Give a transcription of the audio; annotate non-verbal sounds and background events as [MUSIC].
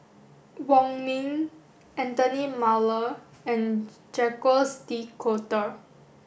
Wong Ming Anthony Miller and [NOISE] Jacques de Coutre